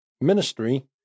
ministry